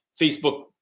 Facebook